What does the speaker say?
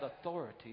authority